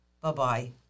Bye-bye